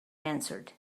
answered